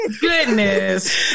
goodness